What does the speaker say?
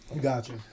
Gotcha